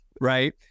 right